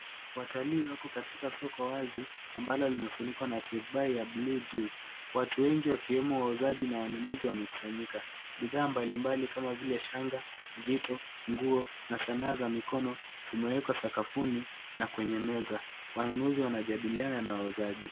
Watalii wako katika soko wazi ambalo limefunikwa na turubai ya bluu juu. Watu wengi wakiwemo wauzaji na wanunuzi wamekusanyika. Bidhaa mbalimbali kama vile shanga, vito, nguo na sanaa za mikono zimewekwa sakafuni na kwenye meza. Wanunuzi wanajadiliana na wauzaji.